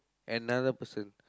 another person